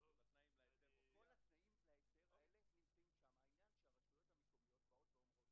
והדבר הזה אפקטיבי והוא מרתיע ואנחנו רואים.